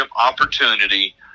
opportunity